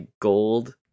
gold